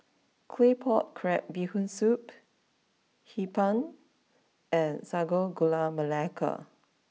Claypot Crab Bee Hoon Soup Hee Pan and Sago Gula Melaka